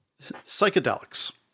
Psychedelics